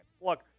Look